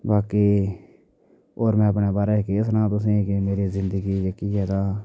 बाकी होर में अपने बारे च केह् सनांऽ तुसें ई कि मेरी जिंदगी जेह्की ऐ तां